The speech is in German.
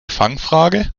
fangfrage